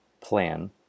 plan